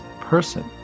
person